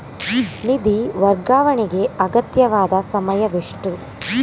ನಿಧಿ ವರ್ಗಾವಣೆಗೆ ಅಗತ್ಯವಾದ ಸಮಯವೆಷ್ಟು?